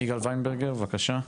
יגאל ורדגר, בבקשה.